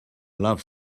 love